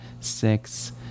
six